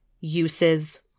uses